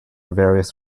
various